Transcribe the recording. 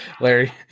Larry